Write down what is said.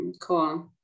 Cool